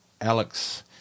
Alex